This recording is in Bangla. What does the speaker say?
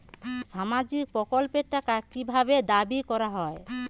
সামাজিক প্রকল্পের টাকা কি ভাবে দাবি করা হয়?